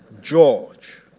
George